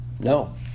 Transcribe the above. No